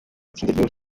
ryoroshye